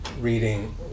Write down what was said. Reading